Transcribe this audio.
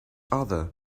other